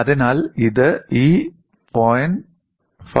അതിനാൽ ഇത് ഈ 0